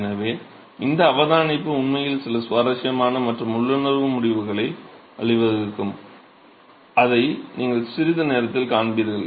எனவே இந்த அவதானிப்பு உண்மையில் சில சுவாரஸ்யமான மற்றும் உள்ளுணர்வு முடிவுகளுக்கு வழிவகுக்கும் அதை நீங்கள் சிறிது நேரத்தில் காண்பீர்கள்